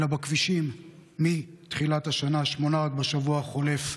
אלא בכבישים, מתחילת השנה, שמונה רק בשבוע החולף.